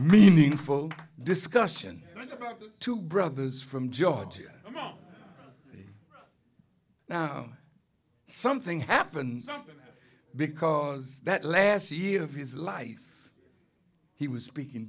meaningful discussion about the two brothers from georgia now something happened because that last year of his life he was speaking